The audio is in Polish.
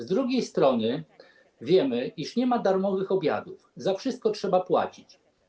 Z drugiej strony wiemy, iż nie ma darmowych obiadów, za wszystko trzeba płacić.